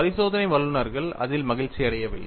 பரிசோதனை வல்லுநர்கள் அதில் மகிழ்ச்சியடையவில்லை